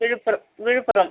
Villupuram Villupuram